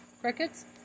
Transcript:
crickets